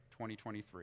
2023